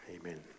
Amen